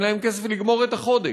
אין להם כסף לגמור את החודש.